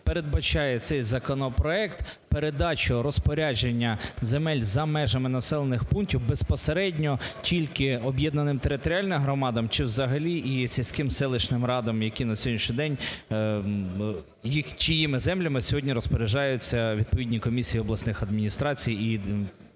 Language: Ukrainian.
передбачає цей законопроект передачу розпорядження земель за межами населених пунктів безпосередньо тільки об'єднаним територіальним громадам чи взагалі і сільським, селищним радам, які на сьогоднішній день… чиїми землями сьогодні розпоряджаються відповідні комісії обласних адміністрацій